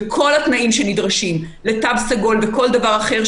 וכל התנאים שנדרשים לתו סגול וכל דבר אחר,